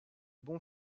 bon